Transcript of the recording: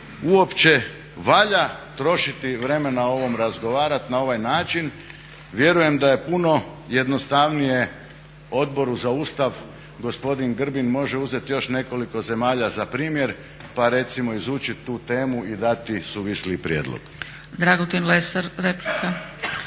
uopće valja trošiti vremena o ovome, razgovarati na ovaj način. Vjerujem da je puno jednostavnije Odboru za Ustav gospodin Grbin može uzeti još nekoliko zemalja za primjer, pa recimo izučiti tu temu i dati suvisli prijedlog.